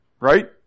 right